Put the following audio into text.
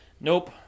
Nope